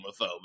homophobic